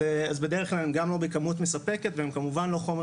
אז בדרך כלל הם גם לא בכמות מספקת והם כמובן לא חומר